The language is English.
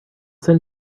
send